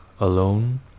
Alone